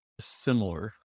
similar